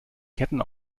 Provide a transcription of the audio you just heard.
ketten